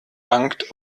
bangt